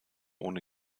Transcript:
ohne